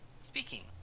speaking